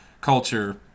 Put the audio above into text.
culture